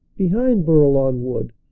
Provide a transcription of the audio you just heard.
behind bourlon wood,